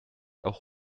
auch